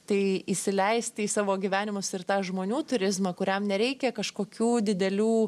tai įsileisti į savo gyvenimus ir tą žmonių turizmą kuriam nereikia kažkokių didelių